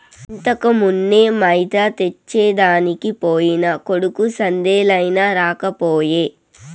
ఇంతకుమున్నే మైదా తెచ్చెదనికి పోయిన కొడుకు సందేలయినా రాకపోయే